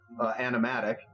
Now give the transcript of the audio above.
animatic